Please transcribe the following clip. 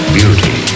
Beauty